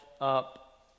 up